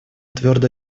твердо